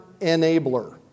enabler